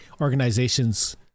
organizations